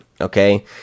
okay